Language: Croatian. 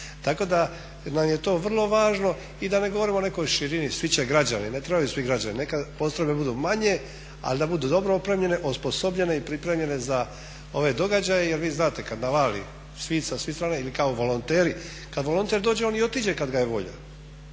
Tako da nam je to vrlo važno i da ne govorimo o nekoj širini, svi će građani, ne trebaju svi građani, neka postrojbe budu manje ali da budu dobro opremljene, osposobljene i pripremljene za ove događaje jer vi znate kad navali sa svih strana ili kao volonteri. Kad volonter dođe on i otiđe kad ga je volja.